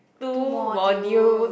two modules